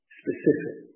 specific